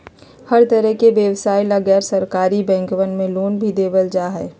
हर तरह के व्यवसाय ला गैर सरकारी बैंकवन मे लोन भी देवल जाहई